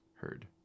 heard